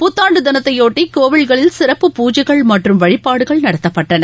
புத்தாண்டுதினத்தையொட்டி கோவில்களில் சிறப்பு பூஜைகள்மற்றும் வழிபாடுகள்நடத்தப்பட்டன